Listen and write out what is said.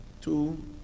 two